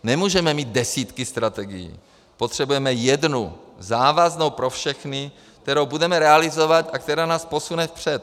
Nemůžeme mít desítky strategií, potřebujeme jednu závaznou pro všechny, kterou budeme realizovat a která nás posune vpřed.